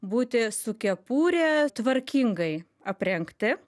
būti su kepure tvarkingai aprengti